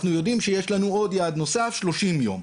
אנחנו יודעים שיש לנו יעד נוסף, 30 יום.